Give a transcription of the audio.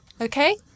Okay